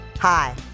Hi